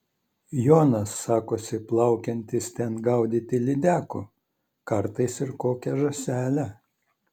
jonas sakosi plaukiantis ten gaudyti lydekų kartais ir kokią žąselę